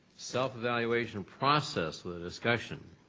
self-evaluation process with discussion.